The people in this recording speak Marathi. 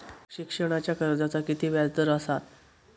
शिक्षणाच्या कर्जाचा किती व्याजदर असात?